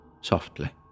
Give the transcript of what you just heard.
softly